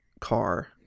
car